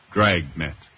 Dragnet